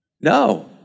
No